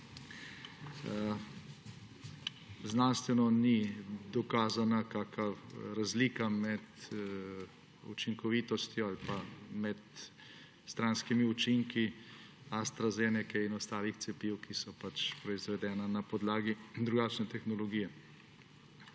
Znanstveno ni dokazana kakšna razlika med učinkovitostjo ali pa med stranskimi učinki AstraZenece in ostalih cepiv, ki so proizvedene na podlagi drugačne tehnologije.